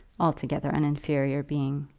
altogether an inferior being.